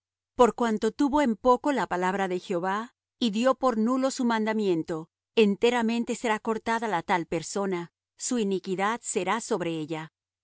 por cuanto tuvo en poco la palabra de jehová y dió por nulo su mandamiento enteramente será cortada la tal persona su iniquidad será sobre ella